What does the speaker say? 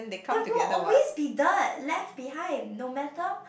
there will always be dirt left behind no matter